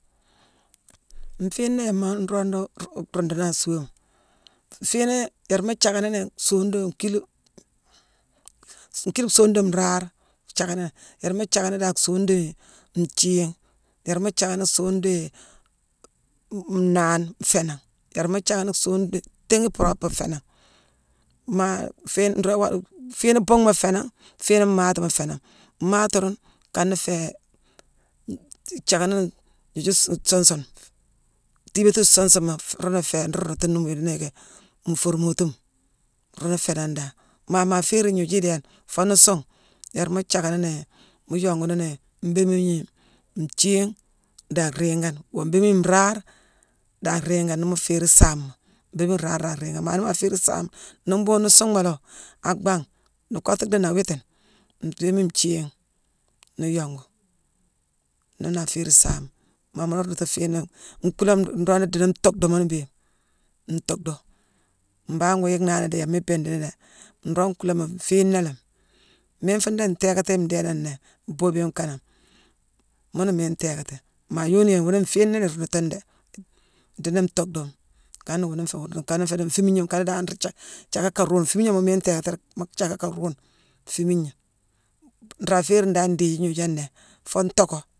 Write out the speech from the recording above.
Nfiina yama nroog nruu- ruunduni a suuama: nfiini yéérma thiackani ni songune dii nkiili- nkiili songune dii nraare nthiiackani. Yéérma thiiackani dan songune dii nthiigh, yéérma thiiackani songune dii nnaane féénangh, yéérma thiiackani songune dii-tééghi puropi féénangh. Maa fiine-nroog-waale-fiine buughma féénangh, fiine mmaatima féénangh. Mmaati ruune kana féé thiaackani ni just suun sune. Thiibatine suung sunema, nruune féé nruu ruundutuni idiimo yicki nfoormatume, ruune féénangh dan. Maa maa féérine gnooju idééne, foo nuu suungh, yéérma thiicackani ni-mu yonguni ni mbéémigne nsiigh daa riigane. Woo mbéémine nraare daa riigane, nii mu féérine saama, mbéémigne nraare daa riigane. Maa nii ma féérine saama, nii mbhuugh nuu suunghma laawo ak bangh, nuu kottu dhii naa wiitine, mbéémigne nthiigh nuu yongu. Nii na féérine saama. Maa mu la ruundutu fiinangh, nkuulama nroog nruu diini ntuuckdima muune mbéé, ntuuckdu. Mbangh ngoo yicknani dii yama ibiidini déé. Nroog nkuulama nfiina laami. Miine fuune déé, ntéékati ndééname nnéé, boobiyone kaname. Muuna miine ntéékati. Maa yooniyoma, wuune nfiina la ngwiitine déé, idiini ntuuckduma. Nkana nféé wuune nruu-nkana nféé dii nfiimigna nkana dan nruu thiaack- thiacka ka ruunde. Nfiimigna miine ntéékati déé. Mu thiacka ka ruune fiimigna. Nraa féérine dan ndiiji-gnoojane nnéé foo ntocko